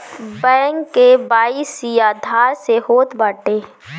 bank KYC Aadhaar से होत बाटे